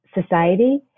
society